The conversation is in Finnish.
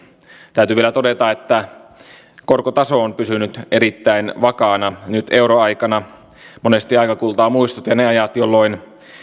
täytyy vielä todeta että korkotaso on pysynyt erittäin vakaana nyt euroaikana monesti aika kultaa muistot ja ne ajat jolloin